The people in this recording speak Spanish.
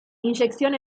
inyección